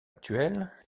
actuel